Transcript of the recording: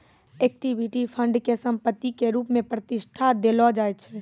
equity fund के संपत्ति के रुप मे प्रतिष्ठा देलो जाय छै